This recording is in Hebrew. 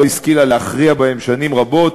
לא השכילה להכריע בהם שנים רבות,